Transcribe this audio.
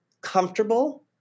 comfortable